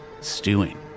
stewing